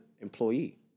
employee